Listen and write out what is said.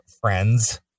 friends